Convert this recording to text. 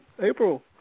April